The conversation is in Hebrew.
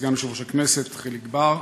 סגן יושב-ראש הכנסת חיליק בר,